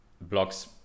blocks